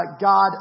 God